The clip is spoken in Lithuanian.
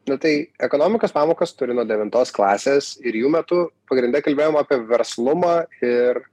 nu tai ekonomikos pamokas turiu nuo devintos klasės ir jų metu pagrinde kalbėjom apie verslumą ir